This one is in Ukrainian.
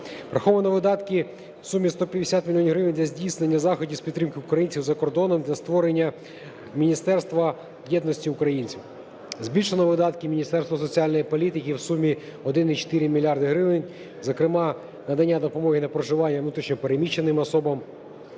Враховано видатки в сумі 150 мільйонів гривень для здійснення заходів з підтримки українців за кордоном для створення Міністерства єдності українців. Збільшено видатки Міністерства соціальної політики в сумі 1,4 мільярда гривень, зокрема надання допомоги на проживання внутрішньо переміщеним особам,